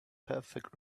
perfect